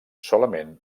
solament